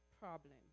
problem